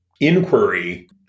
inquiry